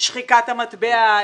שחיקת המטבע,